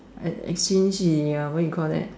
uh exchange in ya what you call that